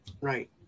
Right